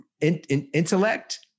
intellect